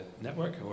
Network